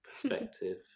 perspective